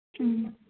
ꯎꯝ